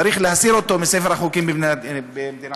צריך להסיר אותו מספר החוקים במדינת ישראל.